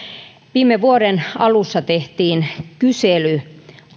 viime vuoden alussa tehtiin kysely